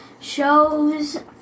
shows